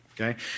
Okay